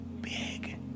big